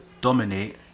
dominate